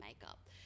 makeup